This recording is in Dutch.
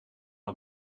een